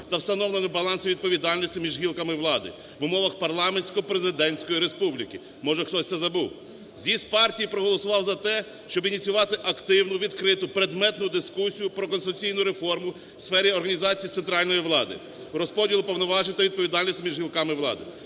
та встановлення балансу відповідальності між гілками влади в умовах парламентсько-президентської республіки. Може хтось це забув. З'їзд партії проголосував за те, щоб ініціювати активну, відкриту, предметну дискусію про конституційну реформу у сфері організації центральної влади, розподілу повноважень та відповідальності між гілками влади.